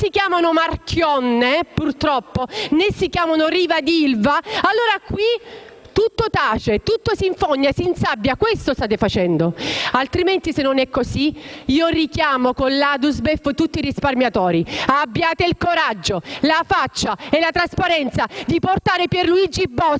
non si chiamano Marchionne né "Riva d'Ilva", allora tutto tace, tutto si infogna e si insabbia. Questo state facendo. Se non è così, richiamo con l'Adusbef tutti i risparmiatori. Abbiate il coraggio, la faccia e la trasparenza di portare Pierluigi Boschi,